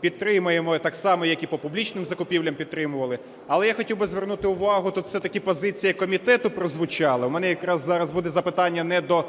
підтримуємо, так само як і по публічних закупівлях підтримували. Але я хотів би звернути увагу, тут все-таки позиція комітету прозвучала. У мене якраз зараз буде запитання не до